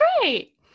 great